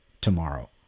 tomorrow